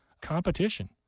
competition